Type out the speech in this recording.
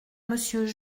monsieur